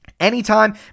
Anytime